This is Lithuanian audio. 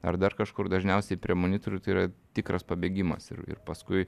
ar dar kažkur dažniausiai prie monitorių tai yra tikras pabėgimas ir ir paskui